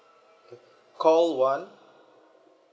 call one